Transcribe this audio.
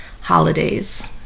holidays